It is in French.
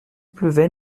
pleuvait